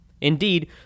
Indeed